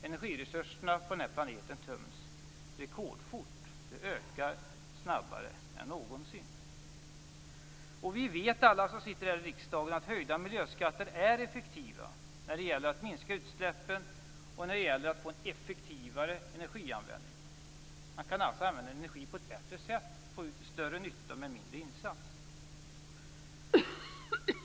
Energiresurserna på den här planeten töms rekordfort. Det ökar snabbare än någonsin. Vi vet alla som sitter här i riksdagen att höga miljöskatter är effektiva när det gäller att minska utsläppen och få en effektivare energianvändning. Man kan alltså använda energi på ett bättre sätt och få ut större nytta med mindre insats.